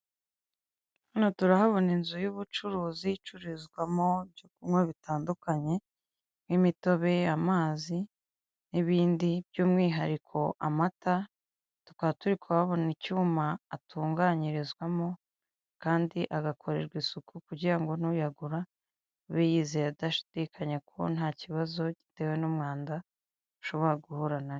Hano turahabona inzu y'ubucuruzi icururizwamo ibyo kunywa bitandukanye nk'imitobe amazi n'ibindi by'umwihariko amata tukaba turi kuhabona icyuma atunganyirizwamo kandi agakorerwa isuku kugira ngo nuyagura ube yizeye adashidikanya ko nta kibazo gitewe n'umwanda ushobora guhura nacyo .